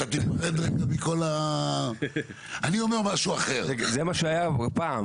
אני אומר משהו אחר --- זה מה שהיה פעם.